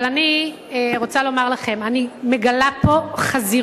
אבל אני רוצה לומר לכם: אני מגלה פה חזירות,